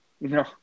No